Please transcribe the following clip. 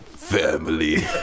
Family